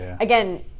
again